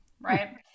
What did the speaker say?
Right